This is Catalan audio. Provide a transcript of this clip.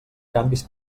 canvis